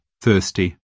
thirsty